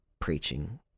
preaching